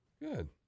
Good